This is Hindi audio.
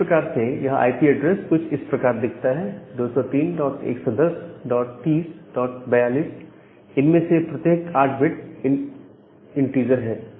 तो इस प्रकार से यह आईपी ऐड्रेस कुछ ऐसा दिखाई देता है 2031103042 इनमें से प्रत्येक 8 बिट इन इंटीजर है